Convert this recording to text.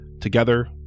Together